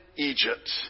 Egypt